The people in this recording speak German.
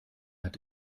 hat